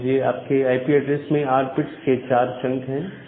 मान लीजिए आपके आईपी ऐड्रेस में 8बिट्स के 4 चंक है